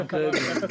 חברי הכנסת,